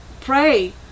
pray